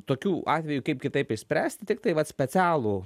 tokių atvejų kaip kitaip išspręsti tiktai vat specialų